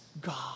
God